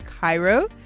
cairo